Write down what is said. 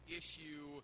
issue